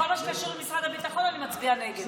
בכל מה שקשור למשרד הביטחון אני מצביעה נגד